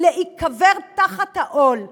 להיקבר תחת העול של,